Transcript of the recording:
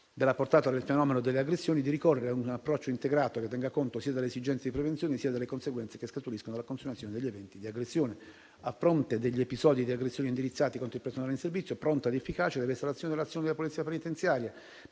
della portata del fenomeno delle aggressioni, di ricorrere a un approccio integrato che tenga conto sia delle esigenze di prevenzione sia delle conseguenze che scaturiscono dalla consumazione degli eventi di aggressione. A fronte degli episodi di aggressione indirizzati contro il personale in servizio, pronta ed efficace deve essere l'azione della polizia penitenziaria